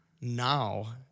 now